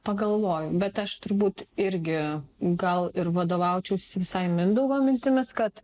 pagalvojau bet aš turbūt irgi gal ir vadovaučiausi visai mindaugo mintimis kad